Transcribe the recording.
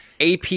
AP